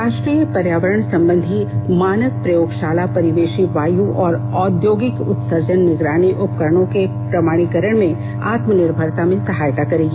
राष्ट्रीय पर्यावरण संबंधी मानक प्रयोगशाला परिवेशी वायु और औद्योगिक उत्सर्जन निगरानी उपकरणों के प्रमाणीकरण में आत्मनिर्भरता में सहायता करेगी